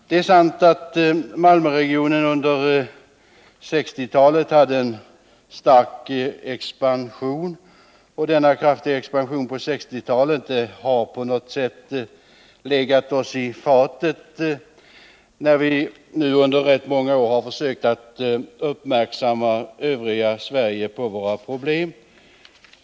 Det är sant att Malmöregionen under 1960-talet hade en kraftig expansion, och den har på något sätt legat oss i fatet när vi nu under rätt många år har försökt att uppmärksamma det övriga Sverige på våra problem.